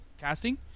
casting